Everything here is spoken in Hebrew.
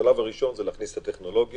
השלב הראשון זה להכניס את הטכנולוגיה.